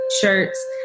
shirts